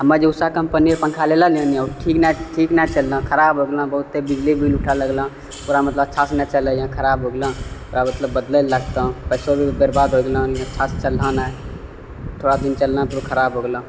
हमे जे उषा कम्पनीके पङ्खा लेने लियँ ने ओ ठीक नहि चलल खराब हो गेलँ बहुते बिजली बिल उठे लगलँ पूरा मतलब अच्छासँ नहि चललँ खराब हो गेलँ ओकरा मतलब बदलेमे लागतँ पैसोँ भी बर्बाद हो गेलँ अच्छासँ चललँ नहि थोड़ा दिन चललँ फेरो खराब हो गेलँ